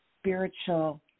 spiritual